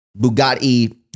Bugatti